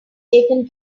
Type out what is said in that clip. taken